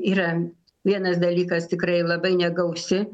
yra vienas dalykas tikrai labai negausi